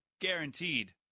Guaranteed